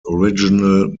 original